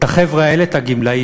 את החבר'ה האלה, את הגמלאים.